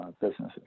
businesses